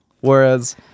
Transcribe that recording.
whereas